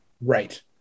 Right